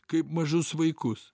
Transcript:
kaip mažus vaikus